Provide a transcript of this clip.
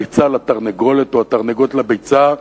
הביצה לתרנגולת או התרנגולת לביצה,